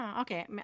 Okay